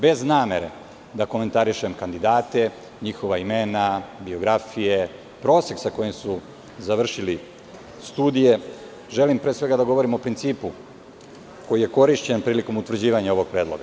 Bez namere da komentarišem kandidate, njihova imena, biografije, prosek sa kojim su završili studije, želim pre svega da govorim o principu koji je korišćen prilikom utvrđivanja ovog predloga.